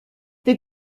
they